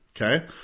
okay